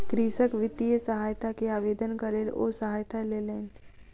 कृषक वित्तीय सहायता के आवेदनक लेल ओ सहायता लेलैन